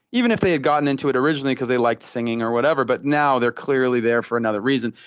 even if they had gotten into it originally because they liked singing or whatever, but now they're clearly there for another reason.